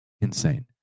Insane